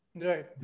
Right